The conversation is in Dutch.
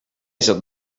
zat